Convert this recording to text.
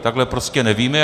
Takhle prostě nevíme.